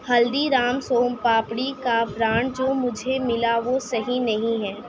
ہلدی رام سون پاپڑی کا برانڈ جو مجھے ملا وہ صحیح نہیں ہے